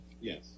Yes